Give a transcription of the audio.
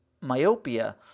myopia